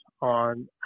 on